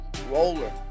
roller